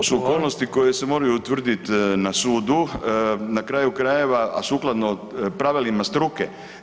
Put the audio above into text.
To su okolnosti koje se moraju utvrditi na sudu, na kraju krajeva, a sukladno pravilima struke.